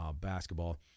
basketball